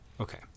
Okay